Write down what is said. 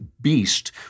beast